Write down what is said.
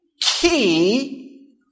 key